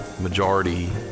majority